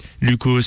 Lucas